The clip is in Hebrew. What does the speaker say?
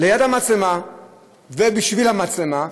ליד המצלמה ובשביל המצלמה,